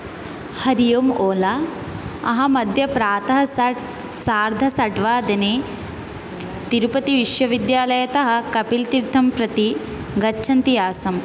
हरिः ओम् ओला अहमद्य प्रातः सट् सार्धषड् वादने तिरुपतिविश्वविद्यालयतः कपिलतीर्थं प्रति गच्छन्ती आसम्